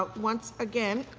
but once again,